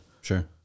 Sure